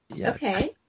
Okay